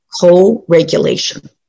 co-regulation